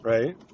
Right